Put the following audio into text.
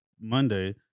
Monday